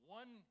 one